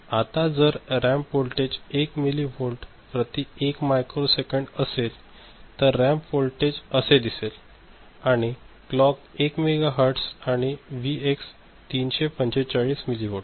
आता जर ramp voltage 1 milli volt प्रति 1 मायक्रो सेकंड असेल तर रॅम्प वोल्टेज असे दिसेल आणि क्लॉक 1 मेगा हर्ट्झ आणि व्ही एक्स 345 मिली वोल्ट